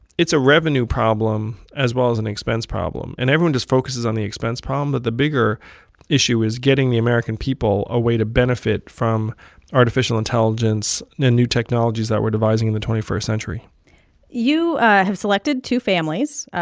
it's a revenue problem as well as an expense problem. and everyone just focuses on the expense problem, but the bigger issue is getting the american people a way to benefit from artificial intelligence new technologies that we're devising in the twenty first century you have selected two families,